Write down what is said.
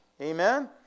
Amen